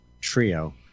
trio